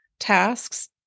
tasks